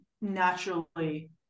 naturally